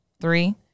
Three